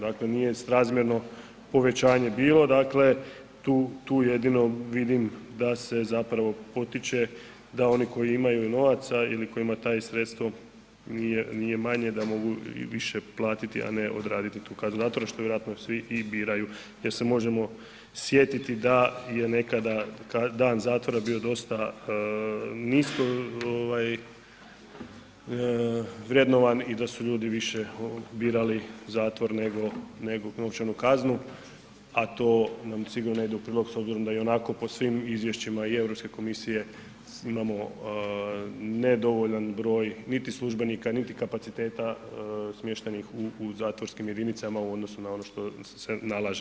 Dakle nije srazmjerno povećanje bilo dakle tu jedino vidim da se zapravo potiče da oni koji imaju i novaca ili kojima to sredstvo nije manje da mogu i više platiti a ne odraditi tu kaznu zatvora što vjerojatno svi i biraju jer se možemo sjetiti da je nekada dan zatvora bio dosta niskovrednovan i da su ljudi više birali zatvor nego novčanu kaznu a to nam sigurno ne ide u prilog s obzirom da ionako po svim izvješćima i Europske komisije imamo ne dovoljan broj niti službenika niti kapaciteta smještenih u zatvorskim jedinicama u odnosu na ono što se nalaže.